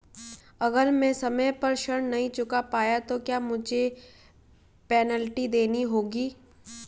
अगर मैं समय पर ऋण नहीं चुका पाया तो क्या मुझे पेनल्टी देनी होगी?